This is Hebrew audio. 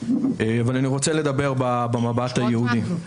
ואני רוצה לדבר במבט היהודי.